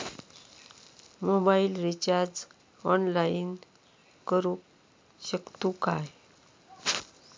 Mobile recharge online करुक शकतू काय?